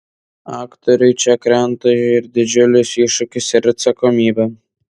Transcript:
aktoriui čia krenta ir didžiulis iššūkis ir atsakomybė